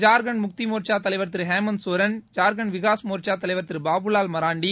ஜார்க்கண்ட் முக்தி மோர்ச்சா தலைவர் திரு ஹேமந்த் சோரன் ஜார்க்கண்ட் விகாஸ் மோர்ச்சா தலைவர் திரு பாபுவால் மராண்டி